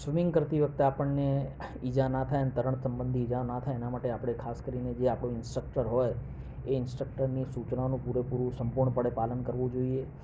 swimming કરતી વખતે આપણને ઈજા ના થાય અને તરણ સબંધી ઈજાઓ ના થાય એના માટે આપણે ખાસ કરીને જે આપણો ઇન્સ્ટ્રક્ટર હોય એ ઇન્સ્ટ્રક્ટરની સૂચનાનું પૂરેપૂરું સંપૂર્ણપણે પાલન કરવું જોઈએ